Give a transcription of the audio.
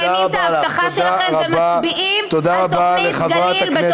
תודה רבה לך.